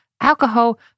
alcohol